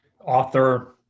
author